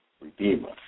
redeemer